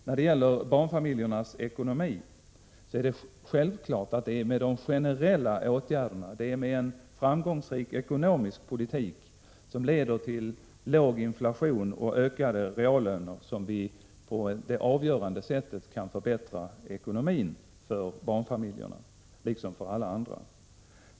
När det gäller barnfamiljernas ekonomi så är det självklart att det är med de generella åtgärderna, det är med en framgångsrik ekonomisk politik som leder till låg inflation och ökade reallöner som vi på ett avgörande sätt kan förbättra ekonomin för barnfamiljerna, liksom för alla andra.